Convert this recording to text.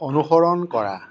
অনুসৰণ কৰা